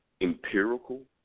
empirical